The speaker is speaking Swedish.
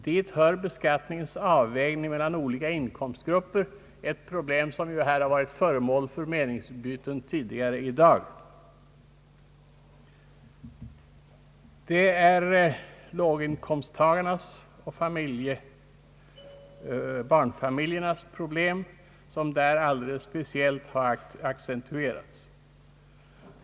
Dit hör beskattningens avvägning mellan olika inkomstgrupper, ett problem som ju här varit föremål för meningsutbyten tidigare i dag. Det är låginkomstgruppernas och barnfamiljernas problem som där alldeles speciellt har accentuerats.